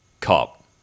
cop